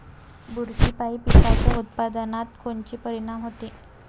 बुरशीपायी पिकाच्या उत्पादनात कोनचे परीनाम होते?